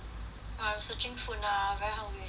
orh I'm searching food now I very hungry sia